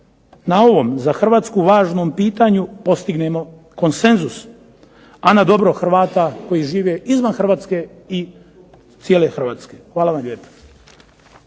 na ovom za Hrvatsku važnom pitanju postignemo konsenzus, a na dobro Hrvata koji žive izvan Hrvatske i cijele Hrvatske. Hvala vam lijepa.